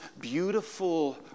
beautiful